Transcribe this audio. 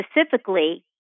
specifically